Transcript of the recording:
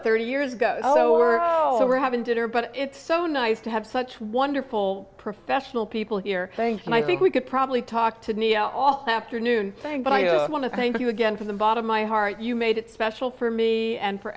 thirty years ago or so we're having dinner but it's so nice to have such wonderful professional people here thank you i think we could probably talk to all afternoon thing but i want to thank you again for the bottom i heart you made it special for me and for